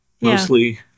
mostly